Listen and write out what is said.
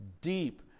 deep